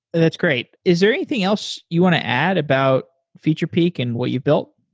that's great. is there anything else you want to add about featurepeek and what you built?